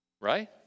right